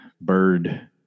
bird